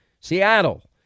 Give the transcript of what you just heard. Seattle